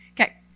Okay